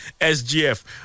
SGF